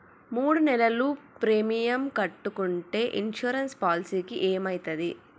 మూడు నెలలు ప్రీమియం కట్టకుంటే ఇన్సూరెన్స్ పాలసీకి ఏమైతది?